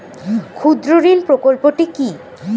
ক্ষুদ্রঋণ প্রকল্পটি কি?